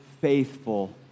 faithful